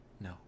no